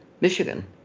Michigan